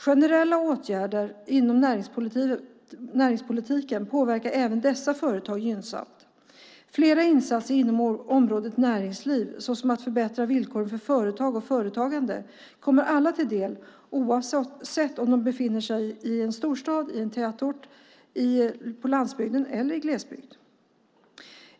Generella åtgärder inom näringspolitiken påverkar även dessa företag gynnsamt. Flera insatser inom området näringsliv, såsom att förbättra villkoren för företag och företagande kommer alla till del, oavsett om man befinner sig i en storstad, i en tätort, på landsbygden eller i glesbygd.